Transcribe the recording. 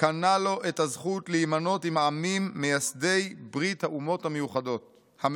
קנה לו את הזכות להימנות עם העמים מייסדי ברית האומות המאוחדות.